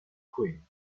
queen